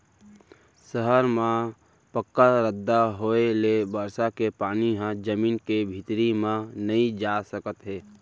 सहर म पक्का रद्दा होए ले बरसा के पानी ह जमीन के भीतरी म नइ जा सकत हे